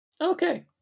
Okay